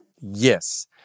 Yes